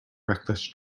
reckless